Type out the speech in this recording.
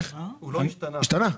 הוא השתנה.